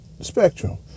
spectrum